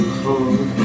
hold